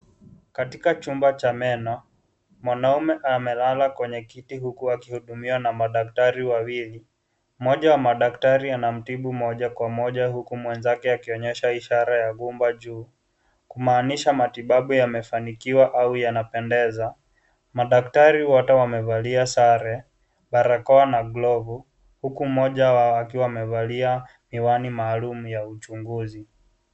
Katika chumba cha meno, mwanaume amelala kwenye kiti huku akihudumiwa na madaktari wawili. Mmoja wa madaktari anamtibu moja kwa moja huku mwenzake akionyesha ishara ya gumba juu, kumaanisha matibabu yamefanikiwa au yanapendeza. Madaktari wote wamevalia sare, barakoa na glovu huku mmoja wao akiwa amevalia miwani maalum ya uchunguzi.